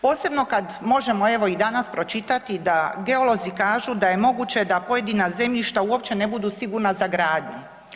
Posebno kad možemo evo i danas pročitati da geolozi kažu da je moguće da pojedina zemljišta uopće ne budu sigurna za gradnju.